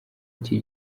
iki